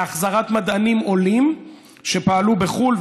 להחזרת מדענים עולים שפעלו בחו"ל,